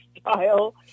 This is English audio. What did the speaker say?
style